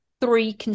three